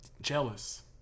jealous